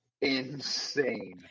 insane